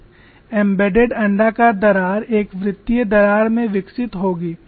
embedded अण्डाकार दरार एक वृत्तीय दरार में विकसित होगी